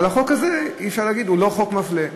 אבל החוק הזה, אפשר להגיד, הוא לא חוק מפלה.